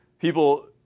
people